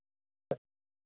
ಹಾಂ